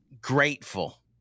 Grateful